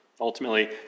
Ultimately